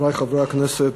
חברי חברי הכנסת,